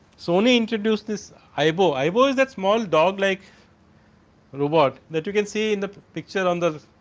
sony introduced this aibo, aibo is that small dog like robot that you can see in the picture on the